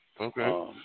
okay